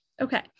Okay